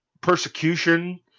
persecution